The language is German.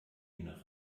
innern